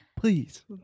please